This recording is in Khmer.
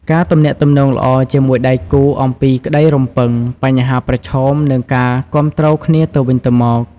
ការទំនាក់ទំនងល្អ ជាមួយដៃគូអំពីក្តីរំពឹង បញ្ហាប្រឈម និងការគាំទ្រគ្នាទៅវិញទៅមក។